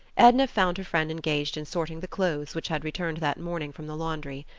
edna found her friend engaged in assorting the clothes which had returned that morning from the laundry.